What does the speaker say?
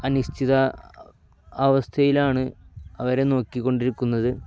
അനിശ്ചിത അവസ്ഥയിലാണ് അവരെ നോക്കിക്കൊണ്ടിരിക്കുന്നത്